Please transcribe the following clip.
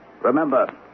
Remember